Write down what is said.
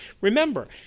Remember